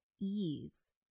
ease